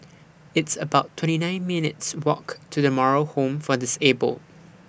It's about twenty nine minutes' Walk to The Moral Home For Disabled